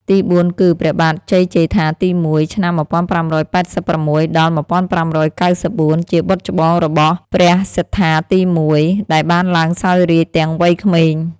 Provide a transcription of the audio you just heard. ទីបួនគឺ ព្រះបាទជ័យជេដ្ឋាទី១ (ឆ្នាំ ១៥៨៦-១៥៩៤) ជាបុត្រច្បងរបស់ព្រះសត្ថាទី១ ដែលបានឡើងសោយរាជ្យទាំងវ័យក្មេង។